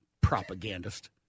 Propagandist